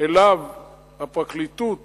הפרקליטות